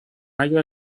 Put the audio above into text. اگر